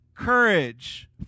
Courage